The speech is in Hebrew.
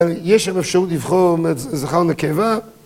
יש אפשרות לבחור זכר או נקבה.